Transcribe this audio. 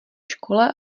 škole